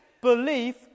belief